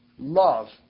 love